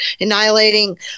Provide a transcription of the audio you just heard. annihilating